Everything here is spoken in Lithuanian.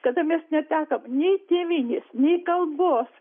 kada mes netekom nei tėvynės nei kalbos